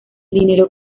dinero